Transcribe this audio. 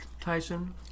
Tyson